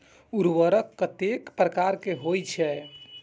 उर्वरक कतेक प्रकार के होई छै?